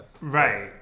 Right